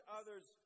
others